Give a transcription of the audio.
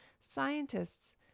scientists